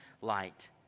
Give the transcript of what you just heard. light